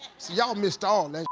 see yall missed all